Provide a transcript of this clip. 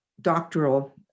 doctoral